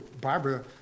Barbara